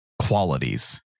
qualities